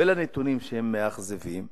ולנתונים, שהם מאכזבים,